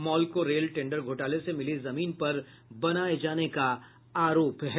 mall को rail tender घोटाले से मिली जमीन पर बनाये जाने का आरोप है